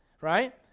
right